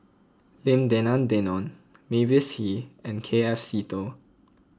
Lim Denan Denon Mavis Hee and K F Seetoh